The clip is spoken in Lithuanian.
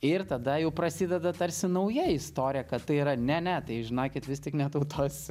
ir tada jau prasideda tarsi nauja istorija kad tai yra ne ne tai žinokit vis tik ne tautos